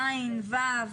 כיתות ו' ו-ז',